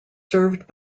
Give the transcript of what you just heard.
served